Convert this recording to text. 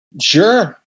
sure